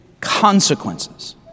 consequences